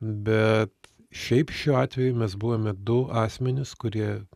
bet šiaip šiuo atveju mes buvome du asmenys kurie